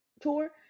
tour